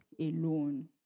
alone